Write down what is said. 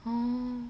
oh